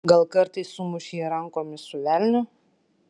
gal kartais sumušei rankomis su velniu